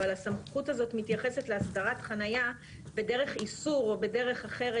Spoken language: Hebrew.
אבל הסמכות הזאת מתייחסת להסדרת חניה בדרך איסור או בדרך אחרת,